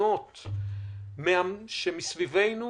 ומדינות שמסביבנו